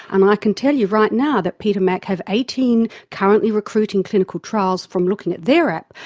and i can tell you right now that peter mac have eighteen currently recruiting clinical trials from looking at their app,